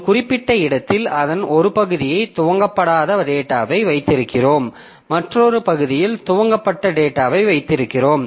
ஒரு குறிப்பிட்ட இடத்தில் அதன் ஒரு பகுதியை துவக்கப்படாத டேட்டாவை வைத்திருக்கிறோம் மற்றொரு பகுதியில் துவக்கப்பட்ட டேட்டாவை வைத்திருக்கிறோம்